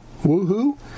woohoo